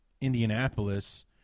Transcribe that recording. Indianapolis –